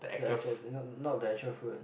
the actual not not the actual fruit